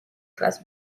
class